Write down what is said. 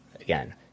Again